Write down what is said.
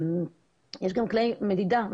יש גם כלי מדידה,